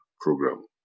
program